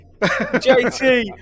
JT